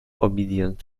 obedient